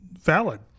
valid